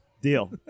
deal